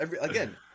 Again